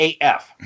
AF